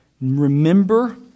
remember